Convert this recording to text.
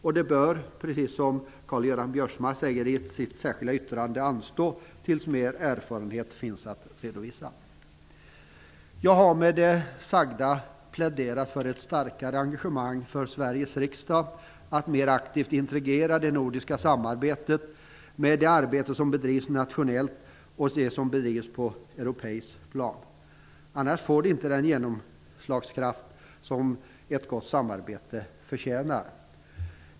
Men det bör, precis som Karl-Göran Biörsmark säger i sitt yttrande, anstå tills mer erfarenhet finns att redovisa. Jag har med det sagda pläderat för ett starkare engagemang i Sveriges riksdag för att mera aktivt integrera det nordiska samarbetet med det arbete som bedrivs nationellt och det som bedrivs på europeiskt plan. Annars får det inte den genomslagskraft som ett gott samarbete förtjänar.